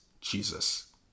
Jesus